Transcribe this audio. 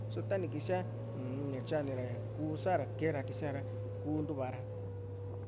só tani kísia ni tyanira ña kú sa´ra keera tisi´a ra kú ntuvara